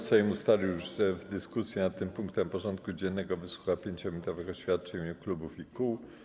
Sejm ustalił, że w dyskusji nad tym punktem porządku dziennego wysłucha 5-minutowych oświadczeń w imieniu klubów i kół.